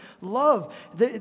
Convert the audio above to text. love